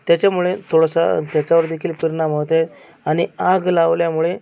त्याच्यामुळे थोडंसा त्याच्यावरदेखील परिणाम होत आहे आणि आग लावल्यामुळे